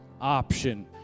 option